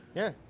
yeah,